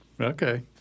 Okay